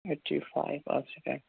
eighty five اَکھ second